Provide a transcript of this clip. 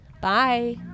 Bye